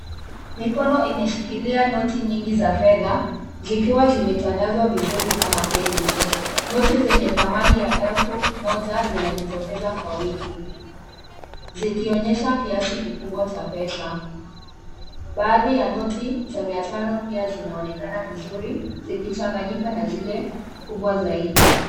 Mikono imeshikilia noti nyingi za fedha, zikiwa zimetandazwa vizuri kama feli. Noti zenye thamani ya elfu moja zinajitokeza kwa wingi, zikionyesha kiasi kikubwa cha pesa. Baadhi ya noti za mia tano pia zinaonekana vizuri, zikichanganyika na zile kubwa zaidi.